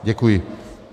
Děkuji.